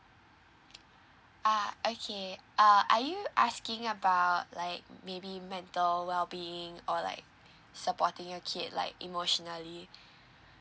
ah okay uh are you asking about like maybe mental well being or like supporting your kid like emotionally